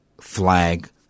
flag